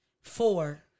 four